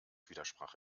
widersprach